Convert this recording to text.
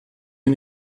mir